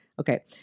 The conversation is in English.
Okay